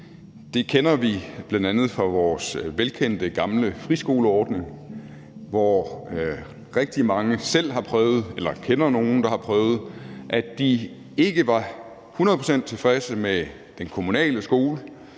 Det kender vi bl.a. fra vores velkendte gamle friskoleordning. Rigtig mange har selv oplevet – eller kender nogen, der har oplevet det – at de ikke var 100 pct. tilfredse med den kommunale skole